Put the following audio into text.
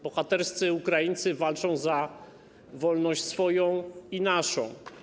Bohaterscy Ukraińcy walczą za wolność swoją i naszą.